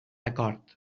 acord